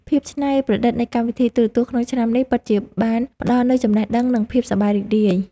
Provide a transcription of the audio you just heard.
ភាពច្នៃប្រឌិតនៃកម្មវិធីទូរទស្សន៍ក្នុងឆ្នាំនេះពិតជាបានផ្តល់នូវចំណេះដឹងនិងភាពសប្បាយរីករាយ។